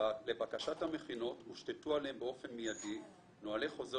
לבקשת המכינות הושתתו עליהם באופן מידי נהלי חוזר